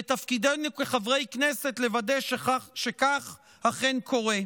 ותפקידנו כחברי כנסת לוודא שכך אכן קורה.